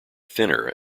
thinner